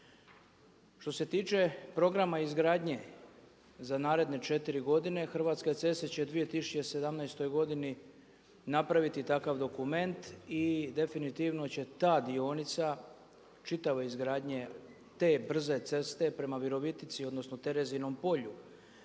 Što se tiče programa izgradnje za naredne četiri godine Hrvatske ceste će 2017. godini napraviti takav dokument i definitivno će ta dionica čitave izgradnje te brze ceste prema Virovitici, odnosno Terezinom polju